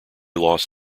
lost